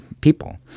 people